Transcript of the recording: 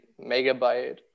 megabyte